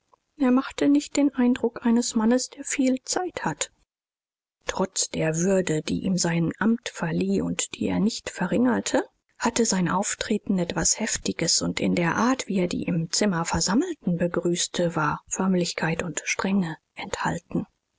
er machte nicht den eindruck eines mannes der viel zeit hat trotz der würde die ihm sein amt verlieh und die er nicht verringerte hatte sein auftreten etwas heftiges und in der art wie er die im zimmer versammelten begrüßte war förmlichkeit und strenge enthalten